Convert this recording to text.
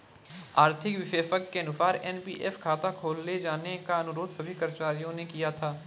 आर्थिक विशेषज्ञ के अनुसार एन.पी.एस खाता खोले जाने का अनुरोध सभी कर्मचारियों ने किया